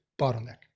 bottleneck